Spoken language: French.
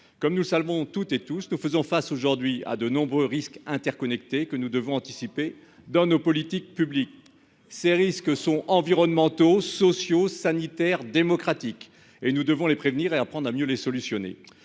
tous les autres ... Nous faisons face à de nombreux risques interconnectés, que nous devons anticiper dans nos politiques publiques. Ces risques sont environnementaux, sociaux, sanitaires, démocratiques ; nous devons les prévenir et apprendre à mieux y parer.